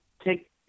take